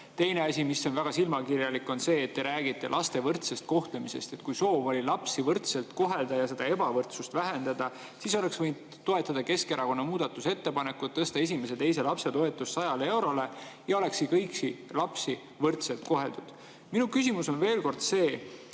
Teine asi, mis on väga silmakirjalik, on see, et te räägite laste võrdsest kohtlemisest. Kui soov oli lapsi võrdselt kohelda ja seda ebavõrdsust vähendada, siis oleks võinud toetada Keskerakonna muudatusettepanekut: tõsta esimese ja teise lapse toetus 100 eurole, ja olekski kõiki lapsi võrdselt koheldud. Minu küsimus on veel kord see: